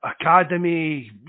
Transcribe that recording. academy